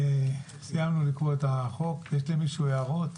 סיימנו לקרוא את החוק, יש למישהו הערות?